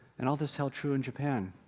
and all this held true in japan.